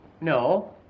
No